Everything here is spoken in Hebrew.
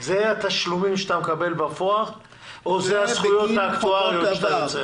אלה התשלומים שאתה מקבל בפועל או אלה הזכויות האקטואריות שאתה יוצר?